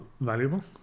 valuable